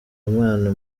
mpano